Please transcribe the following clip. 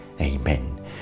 amen